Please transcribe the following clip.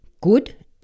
good